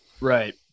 right